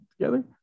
together